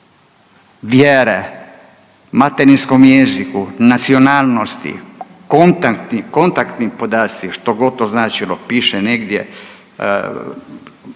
vjere, materinskom jeziku, nacionalnosti, kontaktni podaci štogod to značilo, piše negdje